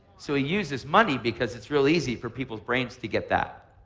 so he uses money because it's real easy for people's brains to get that.